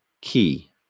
key